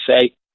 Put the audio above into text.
say